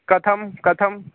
कथं कथम्